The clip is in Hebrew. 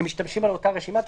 הם משתמשים באותה רשימה?